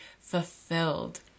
fulfilled